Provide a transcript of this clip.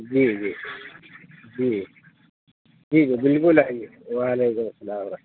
جی جی جی ٹھیک ہے بالکل آئیے وعلیکم السّلام و رحم